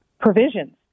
provisions